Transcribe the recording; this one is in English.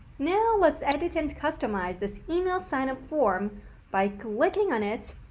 now let's edit and customize this email sign up form by clicking on it,